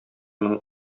мең